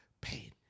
pain